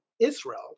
Israel